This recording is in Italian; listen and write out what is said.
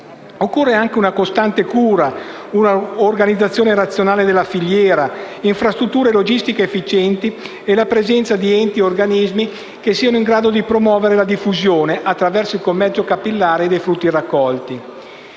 Occorrono anche una costante cura, un'organizzazione razionale della filiera, infrastrutture logistiche efficienti e la presenza di enti ed organismi che siano in grado di promuovere la diffusione, attraverso il commercio capillare, dei frutti raccolti.